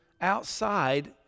outside